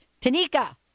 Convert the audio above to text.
Tanika